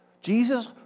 Jesus